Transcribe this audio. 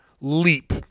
leap